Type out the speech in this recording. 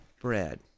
bread